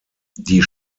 die